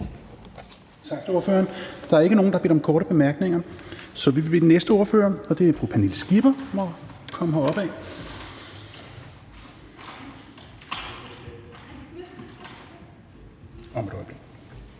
Tak til ordføreren. Der er ikke nogen, der har bedt om korte bemærkninger, så vi vil bede den næste ordfører – og det er fru Pernille Skipper – om at komme heropad. Værsgo.